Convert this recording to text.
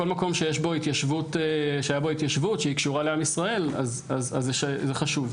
כל מקום שהייתה בו התיישבות שהיא קשורה לעם ישראל אז זה חשוב.